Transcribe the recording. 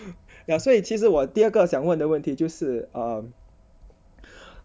ya 所以其实我第二个想问的问题就是 err